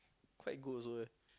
quite good also eh